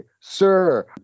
sir